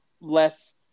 less